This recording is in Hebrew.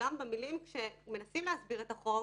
וגם במילים שמנסים להסביר את הסעיף,